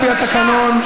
לפי התקנון,